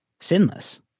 sinless